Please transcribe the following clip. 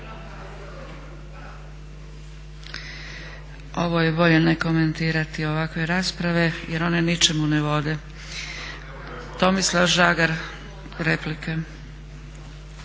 Ovo je bolje ne komentirati ovakve rasprave jer one ničemu ne vode. Tomislav Žagar replika.